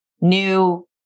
new